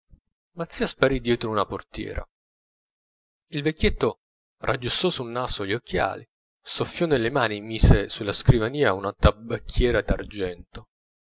mazzia sparì dietro una portiera il vecchietto raggiustò sul naso gli occhiali soffiò nelle mani e mise sulla scrivania una tabacchiera